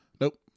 Nope